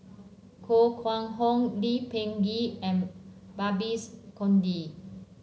koh Kguang Hong Lee Peh Gee and Babes Conde